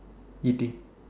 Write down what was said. eating